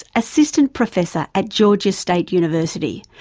assistant professor at georgia state university,